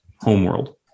homeworld